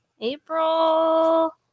April